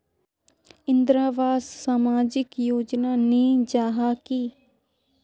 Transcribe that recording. इंदरावास सामाजिक योजना नी जाहा की?